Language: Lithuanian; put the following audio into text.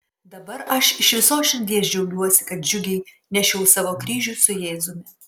dabar aš iš visos širdies džiaugiuosi kad džiugiai nešiau savo kryžių su jėzumi